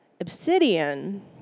obsidian